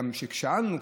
כששאלנו,